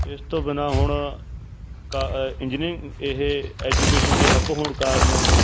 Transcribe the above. ਇਸ ਤੋਂ ਬਿਨਾਂ ਹੁਣ ਕਾ ਇੰਜਨੀ ਇਹ ਐਜੂਕੇਸ਼ਨ ਦੀ ਹੱਬ ਹੋਣ ਕਾਰਨ